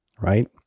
right